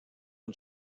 une